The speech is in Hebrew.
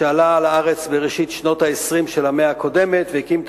שעלה לארץ בראשית שנות ה-20 של המאה הקודמת והקים את